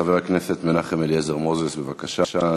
חבר הכנסת מנחם אליעזר מוזס, בבקשה.